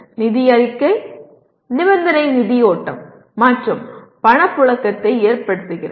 நிதி அறிக்கை நிபந்தனை நிதி ஓட்டம் மற்றும் பணப்புழக்கத்தைப் பயன்படுத்துகிறது